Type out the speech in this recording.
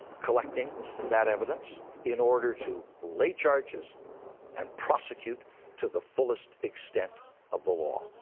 collecting that evidence in order to lay charges and prosecute to the fullest extent of the law.